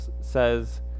says